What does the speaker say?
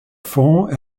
fonds